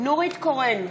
נורית קורן,